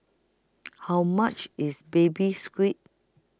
How much IS Baby Squid